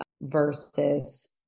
versus